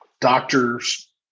doctors